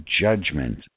judgment